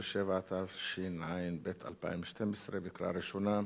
107), התשע"ב 2012, בקריאה ראשונה.